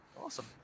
Awesome